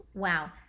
Wow